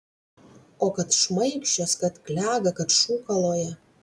o kad šmaikščios kad klega kad šūkaloja